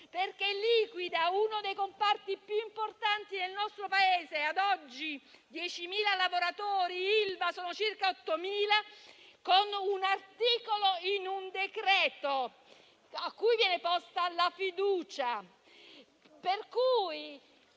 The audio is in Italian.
perché liquida uno dei comparti più importanti del nostro Paese - ad oggi i lavoratori Ilva sono circa 8.000 - con l'articolo di un decreto-legge su cui viene posta la fiducia.